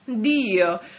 Dio